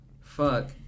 fuck